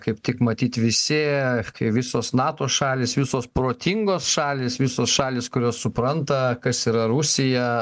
kaip tik matyt visi ir visos nato šalys visos protingos šalys visos šalys kurios supranta kas yra rusija